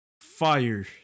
Fire